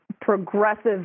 progressive